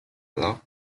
loch